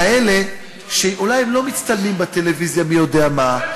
כאלה שאולי לא מצטלמים בטלוויזיה מי יודע מה,